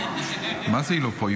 מה זה היא לא פה?